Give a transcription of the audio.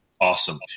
awesome